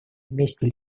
вместе